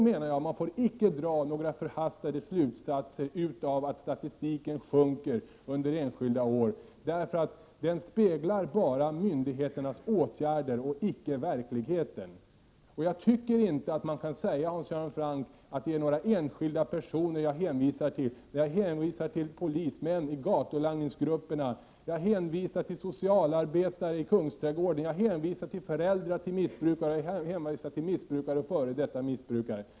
Man får alltså icke dra några förhastade slutsatser av att statistiken sjunker under enskilda år, för den speglar bara myndigheternas åtgärder och icke verkligheten. Jag tycker inte att man kan säga, Hans Göran Franck, att det är några enskilda personer jag hänvisar till. Jag hänvisar till polismän i gatulangningsgrupperna, till socialarbetare i Kungsträdgården, till missbrukares föräldrar och till missbrukare och f. d. missbrukare.